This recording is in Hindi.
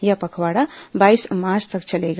यह पखेवाड़ा बाईस मार्च तक चलेगा